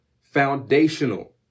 foundational